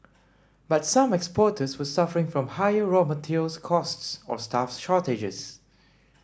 but some exporters were suffering from higher raw materials costs or staff shortages